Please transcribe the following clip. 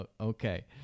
okay